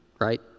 right